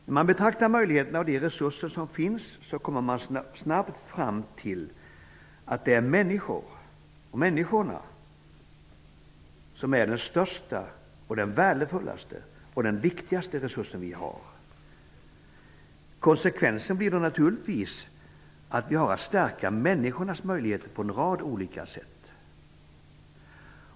När man betraktar möjligheterna och de resurser som finns, kommer man snabbt fram till att det är människorna som är den största, den värdefullaste och den viktigaste resursen som vi har. Konsekvensen blir då naturligtvis att vi har att stärka människornas möjligheter på en rad olika sätt.